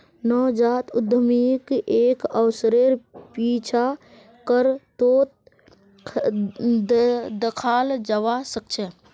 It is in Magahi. नवजात उद्यमीक एक अवसरेर पीछा करतोत दखाल जबा सके छै